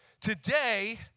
Today